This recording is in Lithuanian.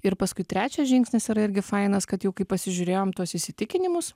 ir paskui trečias žingsnis yra irgi fainas kad jau kai pasižiūrėjom tuos įsitikinimus